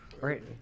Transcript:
right